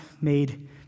made